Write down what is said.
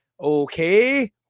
okay